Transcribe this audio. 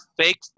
fake